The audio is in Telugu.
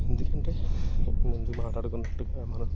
ఎందుకంటే ముందు మాట్లాడుకున్నట్టుగా మనం